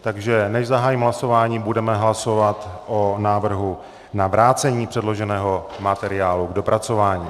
Takže než zahájím hlasování, budeme hlasovat o návrhu na vrácení předloženého materiálu k dopracování.